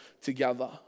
together